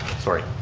sorry.